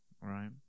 right